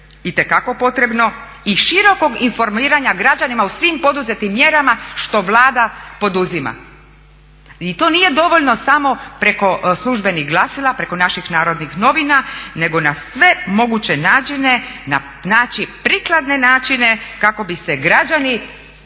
itekako potrebno i širokog informiranja građanima u svim poduzetim mjerama što Vlada poduzima. I to nije dovoljno samo preko službenih glasila, preko naših Narodnih novina nego na sve moguće načine, naći prikladne načine kako bi se građani pravovremeno